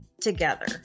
together